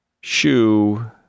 shoe